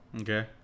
Okay